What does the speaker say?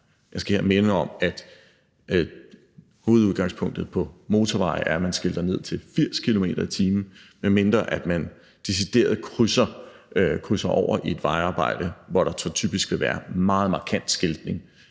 Jeg skal her minde om, at hovedudgangspunktet på motorveje er, at man skilter ned til 80 km/t. Medmindre man decideret krydser over et vejarbejde, hvor der så typisk vil være meget markant skiltning,